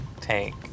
take